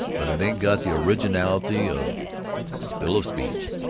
but it ain't got the originality of spill-of-speech!